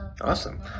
Awesome